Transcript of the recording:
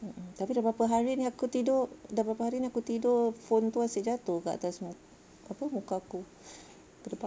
mm mm tapi dah berapa hari ni aku tidur dah berapa hari ni aku tidur phone tu asyik jatuh kat atas muka apa muka aku gedebak